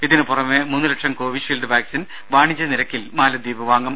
ഇതിനുപുറമെ മൂന്ന് ലക്ഷം കോവി ഷീൽഡ് വാക്സിൻ വാണിജ്യ നിരക്കിൽ മാലദ്വീപ് വാങ്ങും